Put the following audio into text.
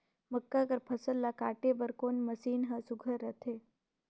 मक्का कर फसल ला काटे बर कोन मशीन ह सुघ्घर रथे?